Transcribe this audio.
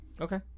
Okay